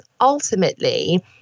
ultimately